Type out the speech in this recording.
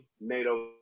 NATO